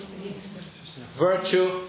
Virtue